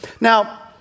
Now